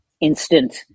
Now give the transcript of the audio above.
instant